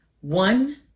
One